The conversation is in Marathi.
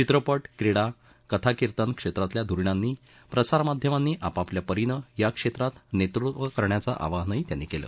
चित्रपट क्रीडा कथा कीर्तन क्षेत्रांतल्या धुरीणांनी प्रसार माध्यमांनी आपापल्या परीनं या क्षेत्रात नेतृत्त्व करण्याचं आवाहनही त्यांनी केलं